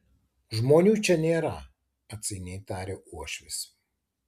žmonių čia nėra atsainiai tarė uošvis